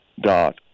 dot